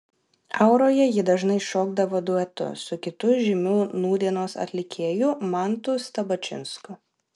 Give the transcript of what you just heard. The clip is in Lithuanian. auroje ji dažnai šokdavo duetu su kitu žymiu nūdienos atlikėju mantu stabačinsku